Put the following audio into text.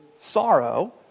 sorrow